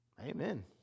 Amen